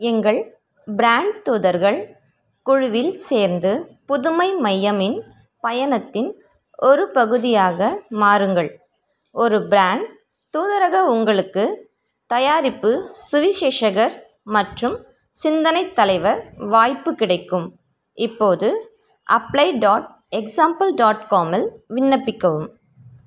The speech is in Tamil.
எங்கள் பிராண்ட் தூதர்கள் குழுவில் சேர்ந்து புதுமை மையமின் பயணத்தின் ஒரு பகுதியாக மாறுங்கள் ஒரு பிராண்ட் தூதரக உங்களுக்கு தயாரிப்பு சுவிசேஷகர் மற்றும் சிந்தனைத் தலைவர் வாய்ப்பு கிடைக்கும் இப்போது அப்ளே டாட் எக்ஸ்சாம்பில் டாட் காமில் விண்ணப்பிக்கவும்